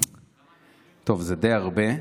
טוב, זה די הרבה,